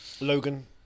Logan